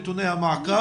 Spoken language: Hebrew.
את נתוני המעקב.